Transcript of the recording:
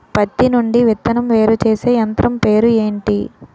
పత్తి నుండి విత్తనం వేరుచేసే యంత్రం పేరు ఏంటి